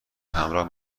همراه